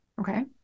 Okay